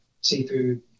seafood